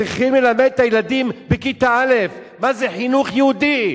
צריך ללמד את הילדים בכיתה א' מה זה חינוך יהודי,